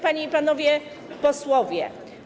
Panie i Panowie Posłowie!